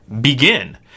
Begin